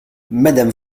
madame